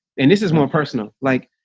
and this is more personal like,